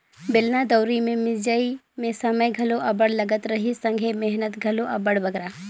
बेलना दउंरी मे मिंजई मे समे घलो अब्बड़ लगत रहिस संघे मेहनत घलो अब्बड़ बगरा